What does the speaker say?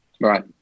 Right